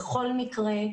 בכל מקרה,